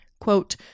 quote